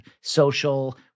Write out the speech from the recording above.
social